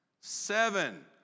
Seven